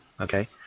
okay